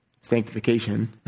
sanctification